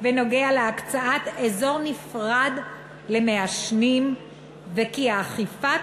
בנוגע להקצאת אזור נפרד למעשנים וכי האכיפה